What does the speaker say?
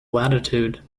latitude